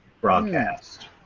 broadcast